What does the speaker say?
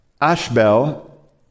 Ashbel